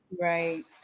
Right